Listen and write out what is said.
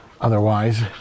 Otherwise